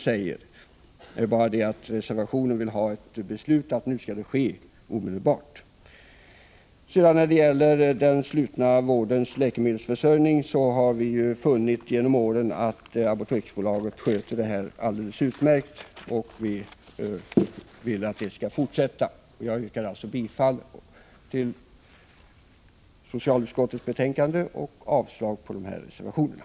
Skillnaden är bara den att reservanterna vill ha ett beslut om att en omarbetning skall ske omedelbart. När det gäller den slutna vårdens läkemedelsförsörjning har vi genom åren funnit att Apoteksbolaget sköter denna uppgift alldeles utmärkt. Vi vill att gällande ordning skall fortsätta. Jag yrkar alltså bifall till socialutskottets hemställan och avslag på reservationerna.